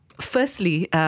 firstly